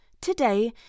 today